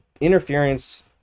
interference